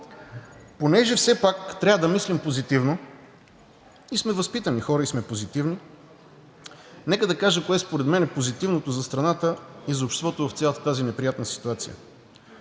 Понеже все пак трябва да мислим позитивно и сме възпитани и позитивни хора, нека да кажа кое според мен е позитивното за страната и за обществото в цялата тази неприятна ситуация.